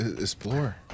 explore